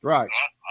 Right